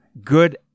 good